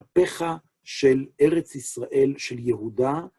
פכה של ארץ ישראל, של יהודה.